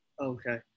Okay